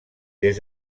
des